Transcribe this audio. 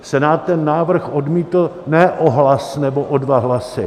Senát ten návrh odmítl ne o hlas nebo o dva hlasy.